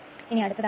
അതിനാൽ f2Sf